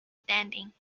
standing